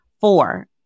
Four